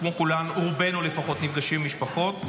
כמו כולם, רובנו לפחות נפגשים עם משפחות.